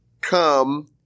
come